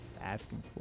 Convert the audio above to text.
asking